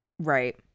right